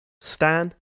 Stan